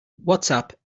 whatsapp